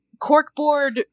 corkboard